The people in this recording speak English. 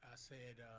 said